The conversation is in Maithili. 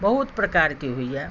बहुत प्रकारके होइया